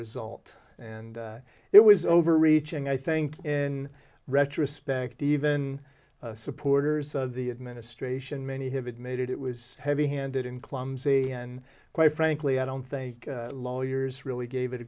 result and it was overreaching i think in retrospect even supporters of the administration many have admitted it was heavy handed and clumsy and quite frankly i don't think lawyers really gave it a